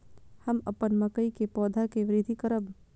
हम अपन मकई के पौधा के वृद्धि करब?